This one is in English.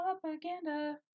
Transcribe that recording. Propaganda